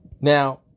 Now